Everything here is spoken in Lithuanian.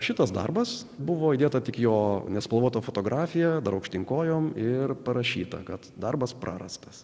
šitas darbas buvo įdėta tik jo nespalvota fotografija dar aukštyn kojom ir parašyta kad darbas prarastas